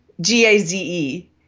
G-A-Z-E